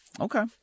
Okay